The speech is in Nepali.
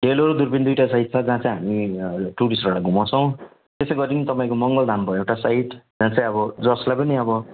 डेलो दुर्पिन दुईवटा साइट छ जहाँ चाहिँ हामी टुरिस्टहरूलाई घुमाउँछौँ त्यसै गरी तपाईँको मङ्गलधाम भयो एउटा साइट जहाँ चाहिँ अब जसलाई पनि अब